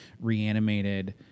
reanimated